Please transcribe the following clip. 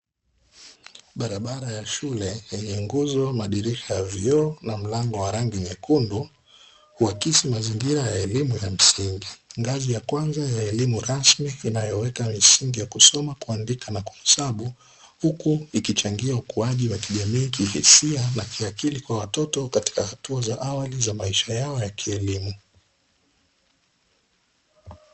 Barabara ya shule yenye nguzo, madirisha ya vioo na mlango wa rangi nyekundu huakisi mazingira ya elimu ya msingi ,ngazi ya kwanza ya elimu rasmi inayoweka misingi ya kusoma, kuandika na kuhesabu huku ikichangia wa kijamii ,kihisia na kiakili kwa watoto katika hatua za awali za maisha yao ya kielimu.